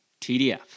TDF